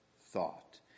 thought